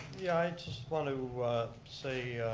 yeah i just want to say